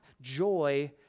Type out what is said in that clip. joy